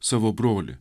savo brolį